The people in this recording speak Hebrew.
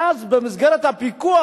ואז במסגרת הפיקוח,